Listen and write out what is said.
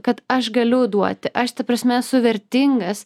kad aš galiu duoti aš ta prasme esu vertingas